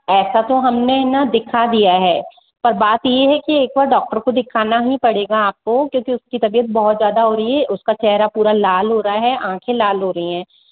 ऐसा तो हमने ना दिखा दिया है पर बात ये है की एक बार डॉक्टर को दिखाना ही पड़ेगा आपको क्योंकि उसकी तबियत बहुत ज़्यादा हो रही है उसका चेहरा पूरा लाल हो रहा है आँखें लाल हो रही हैं